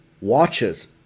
watches